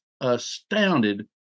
astounded